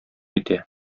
итә